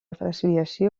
desviació